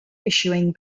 issuing